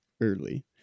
Early